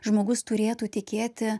žmogus turėtų tikėti